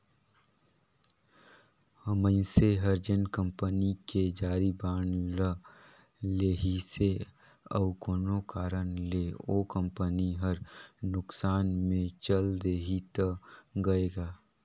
मइनसे हर जेन कंपनी के जारी बांड ल लेहिसे अउ कोनो कारन ले ओ कंपनी हर नुकसान मे चल देहि त गय गा